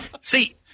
See